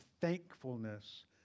thankfulness